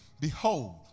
Behold